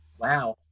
wow